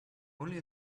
only